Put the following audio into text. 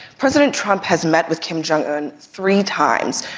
president trump has met with kim jong un three times.